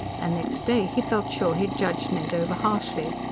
and next day he felt sure he had judged ned over-harshly.